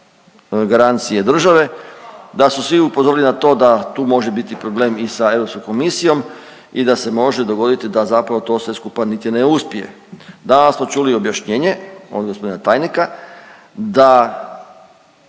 garancije države, da su svi upozorili na to da tu može biti problem i sa Europskom komisijom i da se može dogoditi da zapravo to sve skupa niti ne uspije. Danas smo čuli objašnjenje od g. tajnika da,